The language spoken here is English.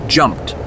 jumped